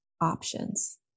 options